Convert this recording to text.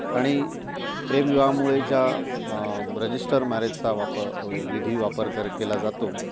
आणि प्रेम विवाहामुळे ज्या रजिस्टर मॅरेजचा वाप विधी वापर कर केला जातो